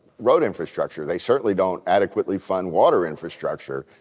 road infrastructure they certainly don't adequately fund water infrastructure.